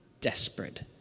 desperate